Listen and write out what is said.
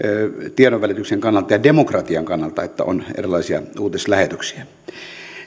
tiedonvälityksen kannalta ja demokratian kannalta että on erilaisia uutislähetyksiä